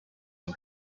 had